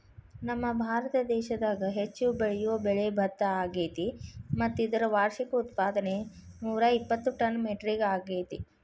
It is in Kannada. ನಮ್ಮಭಾರತ ದೇಶದಾಗ ಹೆಚ್ಚು ಬೆಳಿಯೋ ಬೆಳೆ ಭತ್ತ ಅಗ್ಯಾತಿ ಮತ್ತ ಇದರ ವಾರ್ಷಿಕ ಉತ್ಪಾದನೆ ನೂರಾಇಪ್ಪತ್ತು ಟನ್ ಮೆಟ್ರಿಕ್ ಅಗ್ಯಾತಿ